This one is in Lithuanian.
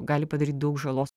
gali padaryt daug žalos